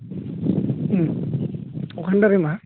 अखानि थाखायना